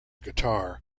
guitar